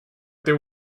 there